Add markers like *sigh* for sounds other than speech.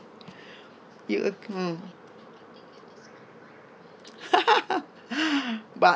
you ag~ mm *laughs* but